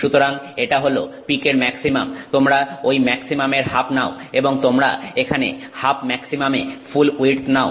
সুতরাং এটা হল পিকের ম্যাক্সিমাম তোমরা ঐ ম্যাক্সিমামের হাফ নাও এবং তোমরা এখানে হাফ ম্যাক্সিমামে ফুল উইডথ নাও